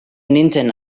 nintzen